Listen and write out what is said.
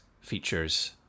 features